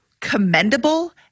commendable